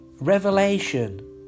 revelation